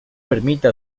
permite